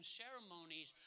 ceremonies